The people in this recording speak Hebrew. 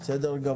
בסדר.